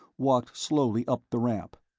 walked slowly up the ramp.